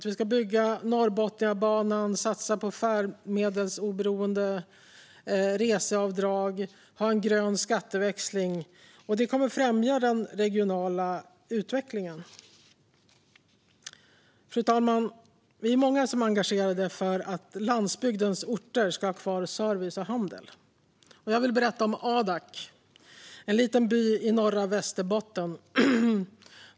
Vi ska bygga Norrbotniabanan, satsa på färdmedelsoberoende reseavdrag och ha en grön skatteväxling. Detta kommer att främja den regionala utvecklingen. Fru talman! Vi är många som är engagerade för att landsbygdens orter ska ha kvar service och handel. Jag vill berätta om Adak, en liten by i norra Västerbotten.